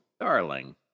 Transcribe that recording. Darling